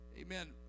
Amen